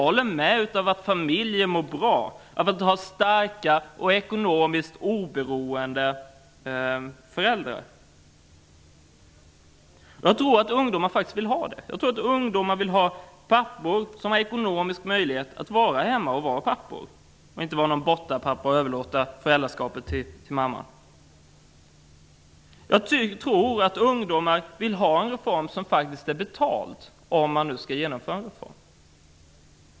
Familjer mår bra om föräldrarna är starka och ekonomiskt oberoende. Jag tror att ungdomar vill ha pappor som har ekonomisk möjlighet att vara hemma, som inte är bortapappor och överlåter föräldraskapet till mammorna. Jag tror att ungdomar vill ha en reform som är betald, om nu en reform skall genomföras.